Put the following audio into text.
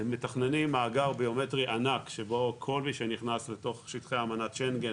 הם מתכננים מאגר ביומטרי ענק שבו כל מי שנכנס לתוך שטחי אמנת שנגן